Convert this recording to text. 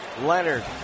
Leonard